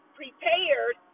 prepared